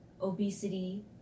obesity